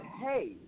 hey